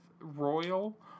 Royal